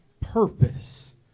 purpose